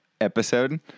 episode